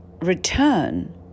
return